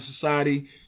Society